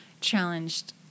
challenged